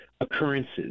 occurrences